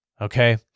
Okay